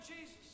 Jesus